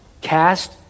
cast